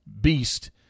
beast